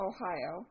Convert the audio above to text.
Ohio